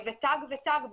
ותג עם התג,